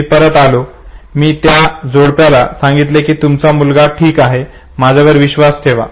मी परत आलो मी त्या जोडप्याला सांगितले की तुमचा मुलगा ठीक आहे माझ्यावर विश्वास ठेवा